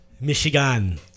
Michigan